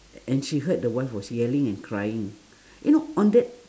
and she heard the wife was yelling and crying you know on that